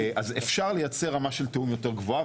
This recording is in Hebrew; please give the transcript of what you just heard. אז אפשר לייצר רמה של תיאום יותר גבוהה,